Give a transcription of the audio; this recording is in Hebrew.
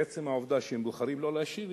עצם העובדה שהם בוחרים לא להשיב,